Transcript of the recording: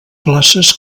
places